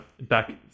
back